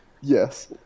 Yes